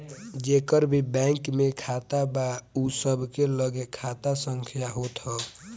जेकर भी बैंक में खाता बा उ सबके लगे खाता संख्या होत हअ